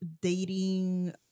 dating